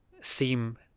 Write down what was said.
seem